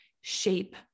shape